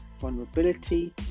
vulnerability